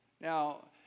Now